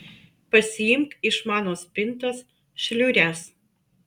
pasiimk iš mano spintos šliures